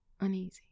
uneasy